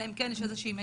אלא אם כן יש איזה מניעה.